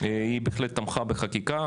היא בהחלט תמכה בחקיקה,